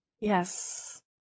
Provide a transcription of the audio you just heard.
Yes